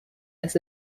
this